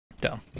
dumb